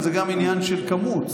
אבל זה גם עניין של כמות.